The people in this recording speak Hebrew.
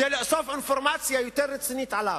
כדי לאסוף אינפורמציה יותר רצינית עליו.